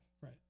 Right